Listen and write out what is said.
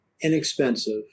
inexpensive